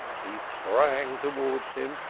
he sprang towards him,